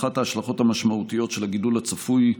אחת ההשלכות המשמעותיות של הגידול הצפוי,